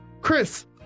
Chris